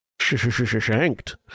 shanked